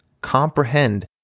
comprehend